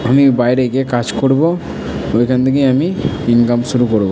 আমি বাইরে গিয়ে কাজ করবো ওইখান থেকে আমি ইনকাম শুরু করবো